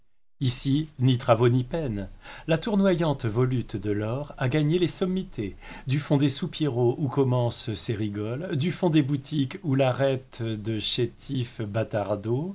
ici ni travaux ni peines la tournoyante volute de l'or a gagné les sommités du fond des soupiraux où commencent ses rigoles du fond des boutiques où l'arrêtent de chétifs